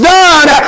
done